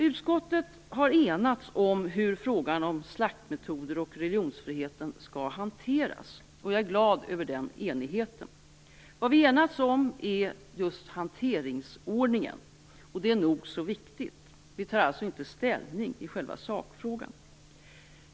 Utskottet har enats om hur frågan om slaktmetoder och religionsfriheten skall hanteras, och jag är glad över den enigheten. Vad vi enats om är just hanteringsordningen, och det är nog så viktigt. Vi tar alltså inte ställning i själva sakfrågan.